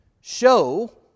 show